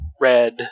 red